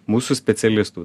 mūsų specialistų